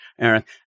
Eric